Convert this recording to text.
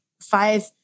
five